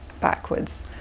backwards